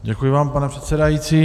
Děkuji vám, pane předsedající.